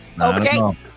Okay